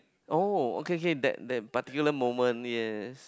oh okay okay that that particular moment yes